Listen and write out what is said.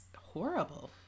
horrible